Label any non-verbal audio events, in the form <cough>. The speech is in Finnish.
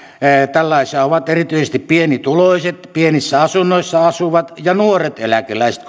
tällaisia ovat erityisesti pienituloiset pienissä asunnoissa asuvat ja nuoret eläkeläiset <unintelligible>